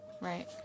Right